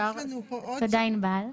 תודה, ענבל.